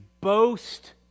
boast